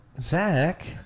Zach